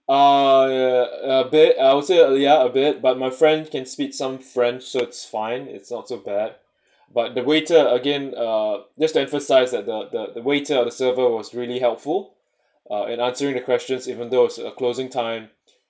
err bare I would say ya a bit but my friend can speak some french so it's fine it's not so bad but the waiter again ah just to emphasize that the the waiter or the server was really helpful uh in answering the questions even thought it's uh closing time